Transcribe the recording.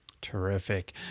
Terrific